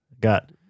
Got